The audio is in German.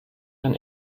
dein